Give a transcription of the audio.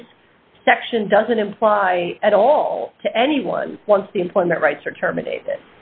this section doesn't imply at all to anyone once the employment rights are terminated